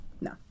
no